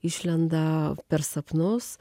išlenda per sapnus